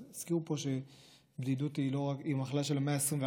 אז הזכירו פה שבדידות היא מחלה של המאה ה-21,